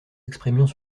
exprimions